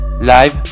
live